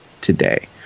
today